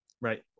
Right